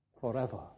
forever